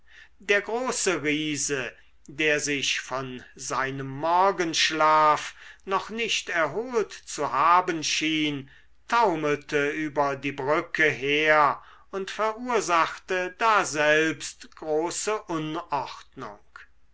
der große riese der sich von seinem morgenschlaf noch nicht erholt zu haben schien taumelte über die brücke her und verursachte daselbst große unordnung